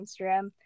Instagram